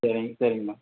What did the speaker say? சரிங்க சரிங்கம்மா